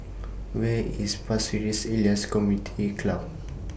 Where IS Pasir Ris Elias Community Club